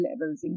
levels